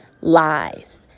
lies